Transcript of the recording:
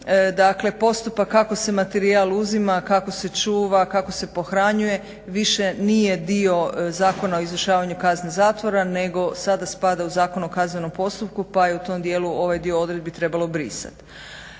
dakle postupak kako se materijal uzima, kako se čuva, kako se pohranjuje više nije dio Zakona o izvršavanju kazne zatvora, nego sada spada u Zakon o kaznenom postupku pa je u tom dijelu ovaj dio odredbi trebalo brisati.